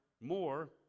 more